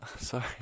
Sorry